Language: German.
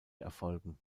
erfolgen